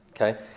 Okay